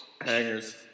hangers